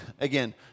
again